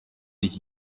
iki